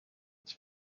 its